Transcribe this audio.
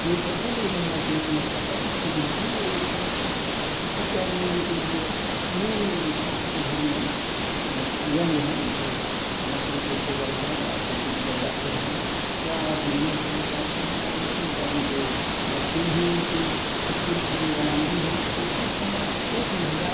ये सबसे बड़ी महिला के लिए समस्या तब उत्पन्न होती है कि एक तरफ उसी टाइम उनके जो भी घर में ओ यंग हैं जो नौकरी के सेवर हैं या खेती पर जाते हैं या बिजनेस के लिए जाते हैं और उसी टाइम पे बच्चे भी उनके इस्कूल के लिए रवानगी होंगे तो उस समय एक महिला